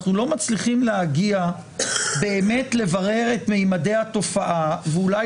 אנחנו לא מצליחים להגיע באמת לברר את מימדי התופעה ואולי